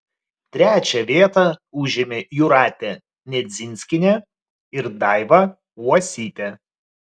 trečią vietą užėmė jūratė nedzinskienė ir daiva uosytė